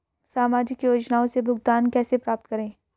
सामाजिक योजनाओं से भुगतान कैसे प्राप्त करें?